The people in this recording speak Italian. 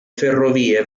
ferrovie